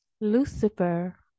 Lucifer